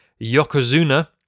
Yokozuna